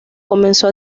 comenzó